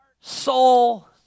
soul